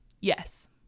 Yes